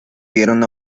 vieron